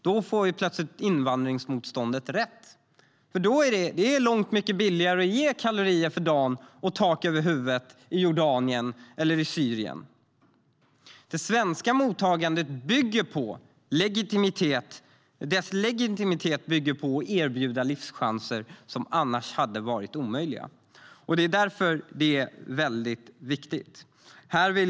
Då får plötsligt invandringsmotståndet rätt, för det är långt mycket billigare att ge kalorier för dagen och tak över huvudet i Jordanien eller i Syrien. Det svenska mottagandets legitimitet bygger på att erbjuda livschanser som annars hade varit omöjliga. Det är därför det är väldigt viktigt.